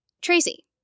Tracy